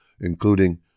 including